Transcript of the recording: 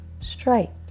straight